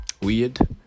weird